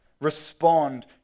respond